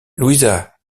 louisa